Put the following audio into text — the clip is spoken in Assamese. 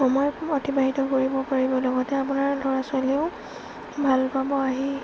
সময় অতিবাহিত কৰিব পাৰিব লগতে আপোনাৰ ল'ৰা ছোৱালীয়েও ভাল পাব আহি